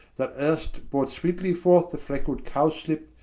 that erst brought sweetly forth the freckled cowslip,